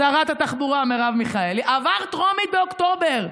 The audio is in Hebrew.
שרת התחבורה מרב מיכאלי, עבר טרומית באוקטובר.